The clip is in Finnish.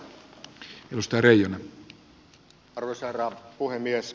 arvoisa herra puhemies